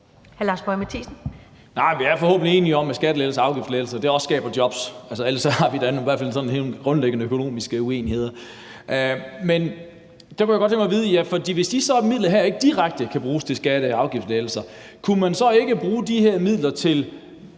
vi er forhåbentlig enige om, at skattelettelser og afgiftslettelser også skaber job, for ellers har vi da i hvert fald nogle helt grundlæggende økonomiske uenigheder. Hvis de her midler ikke direkte kan bruges til skatte- og afgiftslettelser, kunne man så ikke bruge dem til